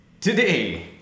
Today